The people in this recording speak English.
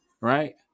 right